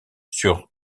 sur